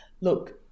look